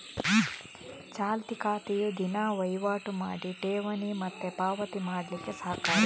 ಚಾಲ್ತಿ ಖಾತೆಯು ದಿನಾ ವೈವಾಟು ಮಾಡಿ ಠೇವಣಿ ಮತ್ತೆ ಪಾವತಿ ಮಾಡ್ಲಿಕ್ಕೆ ಸಹಕಾರಿ